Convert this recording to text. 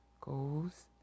goes